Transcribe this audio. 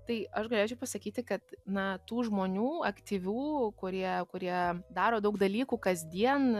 tai aš galėčiau pasakyti kad na tų žmonių aktyvių kurie kurie daro daug dalykų kasdien